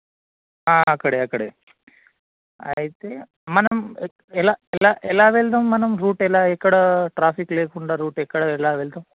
అక్కడే అక్కడే అయితే మనం ఎలా ఎలా ఎలా వెళ్దాం మనం రూట్ ఎలా ఎక్కడ ట్రాఫిక్ లేకుండా రూట్ ఎక్కడ ఎలా వెళ్తాం